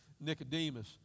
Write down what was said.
Nicodemus